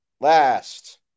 Last